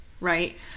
Right